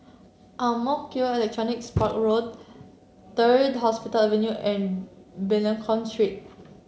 Ang Mo Kio Electronics Park Road Third Hospital Avenue and Benlenco Street